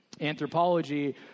Anthropology